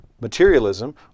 materialism